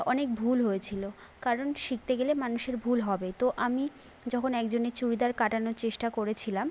অনেক ভুল হয়েছিলো কারণ শিখতে গেলে মানুষের ভুল হবেই তো আমি যখন একজনের চুড়িদার কাটানোর চেষ্টা করেছিলাম